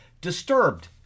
disturbed